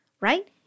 right